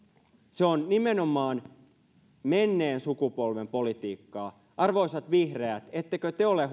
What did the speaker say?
se on nimenomaan menneen sukupolven politiikkaa arvoisat vihreät ettekö te ole